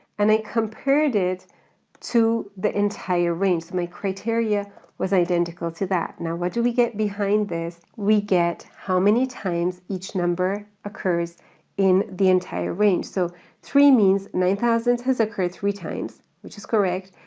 and i compared it to the entire range my criteria was identical to that. now what do we get behind this? we get how many times each number occurs in the entire range. so three means nine thousands has occurred three times, which is correct.